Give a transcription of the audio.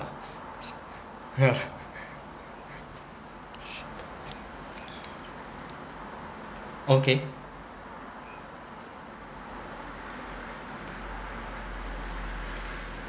okay